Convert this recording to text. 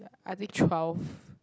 I think twelve